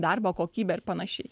darbo kokybę ir panašiai